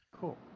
Cool